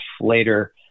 later